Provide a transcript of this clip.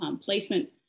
placement